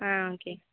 ஆ okay